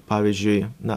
pavyzdžiui na